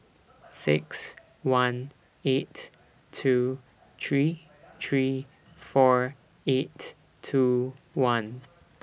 six one eight two three three four eight two one